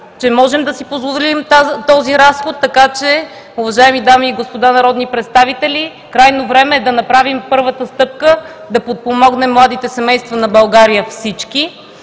че можем да си позволим този разход. Така че, уважаеми дами и господа народни представители, крайно време е да направим първата стъпка и да подпомогнем младите семейства на България всички.